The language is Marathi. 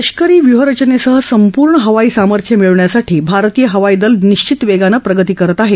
लष्करी व्यूहरचेनसह संपूर्ण हवाई सामर्थ्य मिळवण्यासाठी भारतीय हवाई दल निश्चित वेगानं प्रगती करत आहे